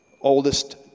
Oldest